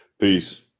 Peace